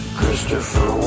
Christopher